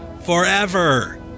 forever